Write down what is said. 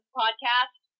podcast